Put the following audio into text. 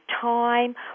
time